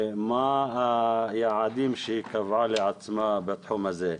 ומה היעדים שהיא קבעה לעצמה בתחום הזה?